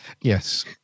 Yes